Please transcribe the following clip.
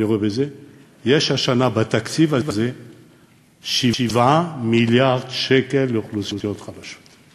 יש השנה בתקציב הזה 7 מיליארד שקל לאוכלוסיות חלשות.